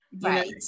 Right